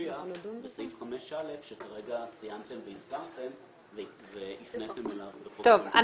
שמופיע בסעיף 5(א) שכרגע ציינתם והזכרתם והפניתם אליו --- טוב,